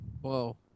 Whoa